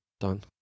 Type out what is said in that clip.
done